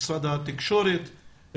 ממשרד התקשורת,